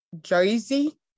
Jersey